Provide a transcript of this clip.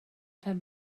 pen